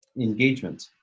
engagement